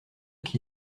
qui